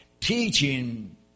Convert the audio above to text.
teaching